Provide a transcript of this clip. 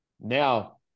Now